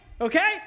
Okay